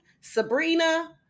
Sabrina